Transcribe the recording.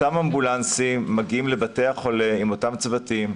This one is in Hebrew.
אותם אמבולנסים מגיעים לבתי החולה עם אותם צוותים,